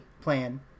plan